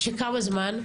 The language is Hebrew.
של כמה זמן?